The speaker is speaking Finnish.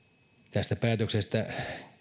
tästä päätöksestä